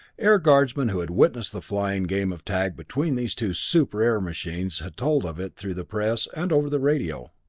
air guardsmen who had witnessed the flying game of tag between these two super-air machines had told of it through the press and over the radio.